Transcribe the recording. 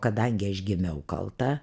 kadangi aš gimiau kalta